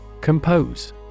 Compose